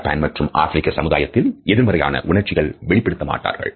Japan மற்றும் ஆப்பிரிக்க சமுதாயத்தில் எதிர்மறையான உணர்ச்சிகள் வெளிப்படுத்த மாட்டார்கள்